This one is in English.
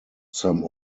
some